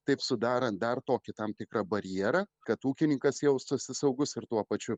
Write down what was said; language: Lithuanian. taip sudarant dar tokį tam tikrą barjerą kad ūkininkas jaustųsi saugus ir tuo pačiu